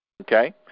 Okay